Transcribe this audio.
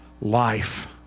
life